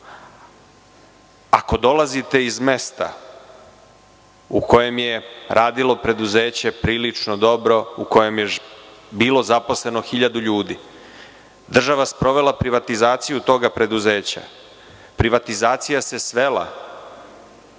Ako dolazite iz mesta u kojem je radilo preduzeće prilično dobro, u kojem je bilo zaposleno 1000 ljudi, država sprovela privatizaciju tog preduzeća, privatizacija se svela